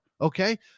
okay